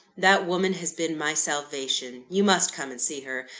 that woman has been my salvation you must come and see her.